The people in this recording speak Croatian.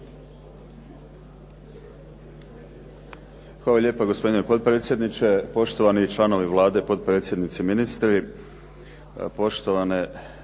Hvala lijepa. Gospodine potpredsjedniče, poštovani članovi Vlade, potpredsjednici, ministri, poštovane